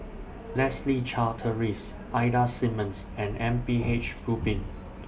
Leslie Charteris Ida Simmons and M P H Rubin